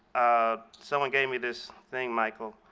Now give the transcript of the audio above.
ah someone gave me this thing, michael.